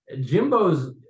Jimbo's